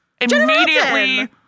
immediately